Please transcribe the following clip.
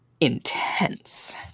intense